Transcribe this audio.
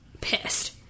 pissed